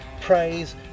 praise